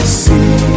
see